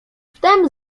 wtem